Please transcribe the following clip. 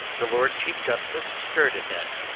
the lord chief justice stirred at that.